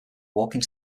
walking